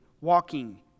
walking